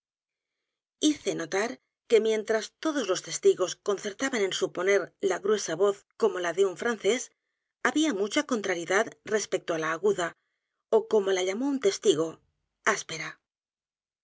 hice notar que mientras todos los testigos concertad a n en suponer la gruesa voz como la de un francés había mucha contrariedad respecto á la aguda ó como la llamó un testigo